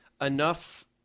Enough